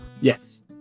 Yes